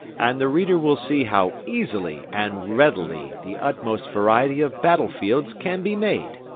and the reader will see how easily and readily the utmost variety of battlefields can be made.